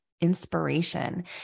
inspiration